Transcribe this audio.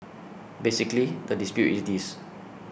basically the dispute is this